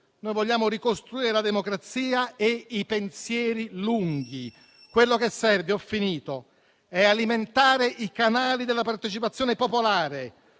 Noi vogliamo ricostruire la democrazia e i pensieri lunghi. Quello che serve è alimentare i canali della partecipazione popolare,